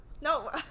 No